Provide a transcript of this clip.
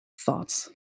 thoughts